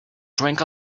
drink